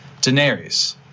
Daenerys